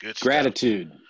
Gratitude